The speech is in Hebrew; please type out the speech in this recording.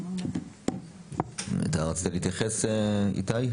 אתה רצית להתייחס, איתי?